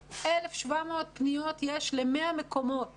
1,700 נרשמו כאשר יש רק 100 מקומות